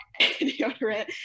deodorant